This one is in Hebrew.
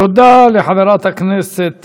תודה לחברת הכנסת